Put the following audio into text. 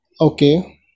Okay